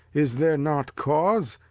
is there not cause?